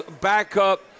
backup